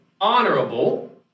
honorable